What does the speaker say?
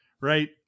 right